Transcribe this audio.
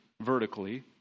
vertically